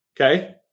Okay